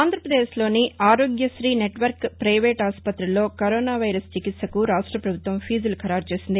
ఆంధ్రప్రదేశ్లోని ఆరోగ్యశీ network private ఆసుపత్రుల్లో కరోనా వైరస్ చికిత్సకు రాష్ట పభుత్వం ఫీజులు ఖరారుచేసింది